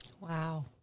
Wow